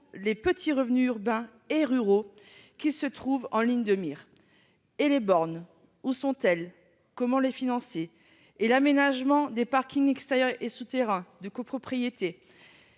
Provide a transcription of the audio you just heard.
les petits revenus urbains et ruraux qui se trouvent pénalisés. Où sont les bornes ? Comment les financer ? de l'aménagement des parkings extérieurs et souterrains de copropriété ?